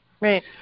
Right